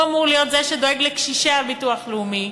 הוא אמור להיות זה שדואג לקשישי הביטוח הלאומי,